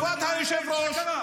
זאת האמת.